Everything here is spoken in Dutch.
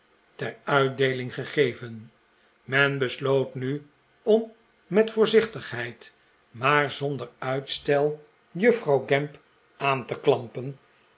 ter uitdeeling gegeven men besloot nu om met voorzichtigheid maar zonder uitstel juffrouw gamp aan te klampen